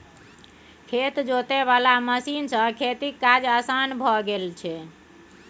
खेत जोते वाला मशीन सँ खेतीक काज असान भए गेल छै